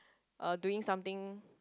uh doing something